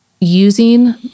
using